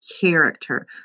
character